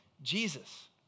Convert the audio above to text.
Jesus